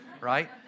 right